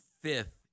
fifth